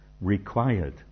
required